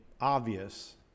obvious